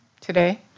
today